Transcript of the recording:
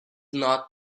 not